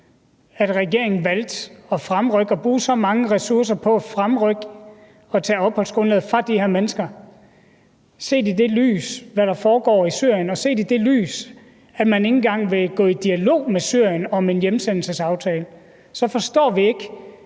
at regeringen valgte at fremrykke og at bruge så mange ressourcer på at fremrykke det at tage opholdsgrundlaget fra de her mennesker. Set i lyset af, hvad der foregår i Syrien, og set i det lys, at man ikke engang vil gå i dialog med Syrien om en hjemsendelsesaftale, forstår vi ikke,